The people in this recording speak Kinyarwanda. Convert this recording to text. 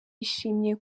bishimiye